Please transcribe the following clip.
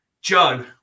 Joe